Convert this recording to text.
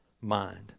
mind